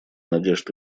надежд